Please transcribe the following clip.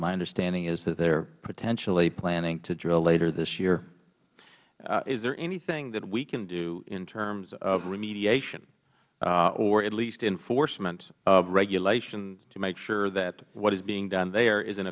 my understanding is that they are potentially planning to drill later this year mister ross is there anything that we can do in terms of remediation or at least enforcement of regulation to make sure that what is being done there is